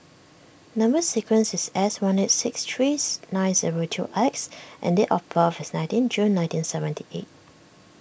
Number Sequence is S one eight six trees nine zero two X and date of birth is nineteen June nineteen seventy eight